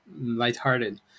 lighthearted